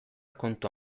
kontu